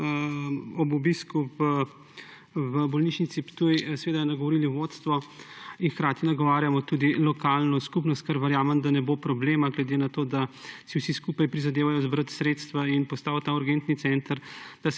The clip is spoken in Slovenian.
ob obisku v bolnišnici Ptuj seveda nagovorili vodstvo in hkrati nagovarjamo tudi lokalno skupnost, kjer verjamem, da ne bo problema, glede na to, da si vsi skupaj prizadevajo zbrati sredstva in postaviti ta urgentni center,